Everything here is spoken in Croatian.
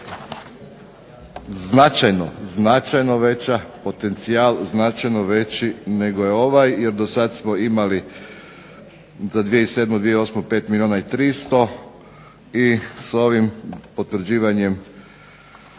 značajno veća, potencijal značajno veći nego je ovaj, jer do sada smo imali za 2007. i 2008. 5 milijuna i 300, s ovim potvrđivanjem